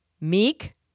meek